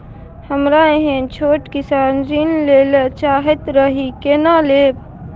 हमरा एहन छोट किसान ऋण लैले चाहैत रहि केना लेब?